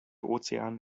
ozean